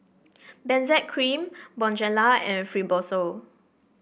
Benzac Cream Bonjela and Fibrosol